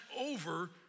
over